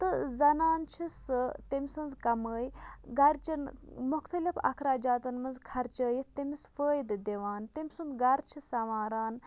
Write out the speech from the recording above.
تہٕ زَنان چھِ سُہ تٔمۍ سٕنٛز کَمٲے گَرچٮ۪ن مُختلِف اَخراجاتَن منٛز خرچٲیِتھ تٔمِس فٲیدٕ دِوان تٔمۍ سُنٛد گَرٕ چھِ سَمواران